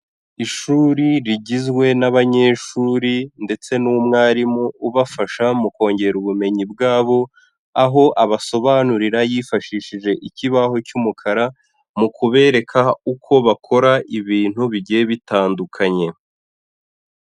Ishuri rigizwe n'abanyeshuri ndetse n'umwarimu ubafasha mu kongera ubumenyi bwabo, aho abasobanurira yifashishije ikibaho cy'umukara, mu kubereka uko bakora ibintu bigiye bitandukanye.